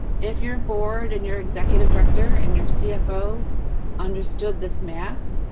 if your board and your executive director and your cfo understood this math,